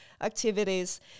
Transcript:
activities